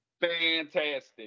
fantastic